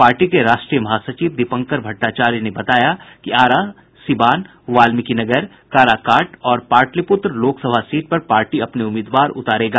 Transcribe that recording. party के राष्ट्रीय महासचिव दीपंकर भट़टाचार्य ने बताया कि आरा सीवान वाल्मीकीनगर काराकाट और पाटलिपुत्र लोकसभा सीट पर पार्टी अपने उम्मीदवार उतारेगा